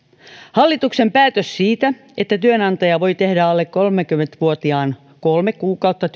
hallituksen päätös siitä että työnantaja voi tehdä alle kolmekymmentä vuotiaan kolme kuukautta